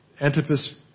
Antipas